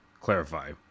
clarify